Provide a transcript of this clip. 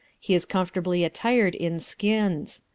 he is comfortably attired in skins.